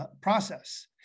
process